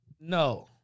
No